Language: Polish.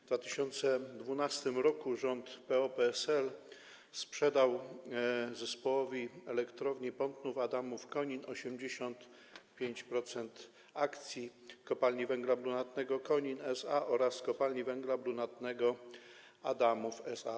W 2012 r. rząd PO-PSL sprzedał Zespołowi Elektrowni Pątnów-Adamów-Konin 85% akcji Kopalni Węgla Brunatnego Konin SA oraz Kopalni Węgla Brunatnego Adamów SA.